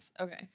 Okay